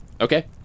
Okay